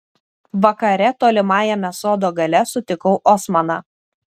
vakare tolimajame sodo gale sutikau osmaną